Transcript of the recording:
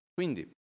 Quindi